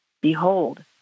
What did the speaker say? behold